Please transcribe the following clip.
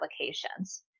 applications